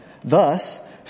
Thus